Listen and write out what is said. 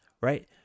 right